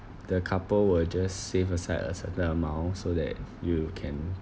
the couple will just save aside a certain amount so that you can